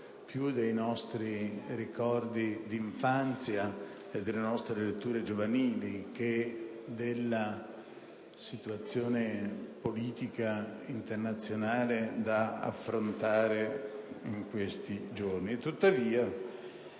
più dei nostri ricordi di infanzia e delle nostre letture giovanili che della situazione politica internazionale da affrontare nel nostro